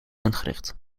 ingericht